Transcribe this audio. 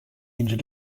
injured